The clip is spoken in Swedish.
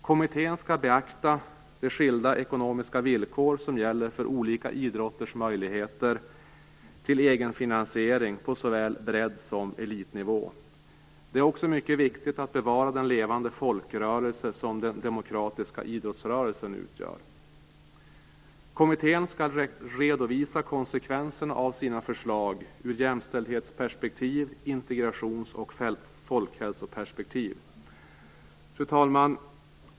Kommittén skall beakta de skilda ekonomiska villkor som gäller för olika idrotters möjligheter till egenfinansiering på såväl bredd som elitnivå. Det är också mycket viktigt att bevara den levande folkrörelse som den demokratiska idrottsrörelsen utgör. Kommittén skall redovisa konsekvenserna av sina förslag ur jämställdhetsperspektiv, integrations och folkhälsoperspektiv. Fru talman!